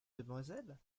demoiselle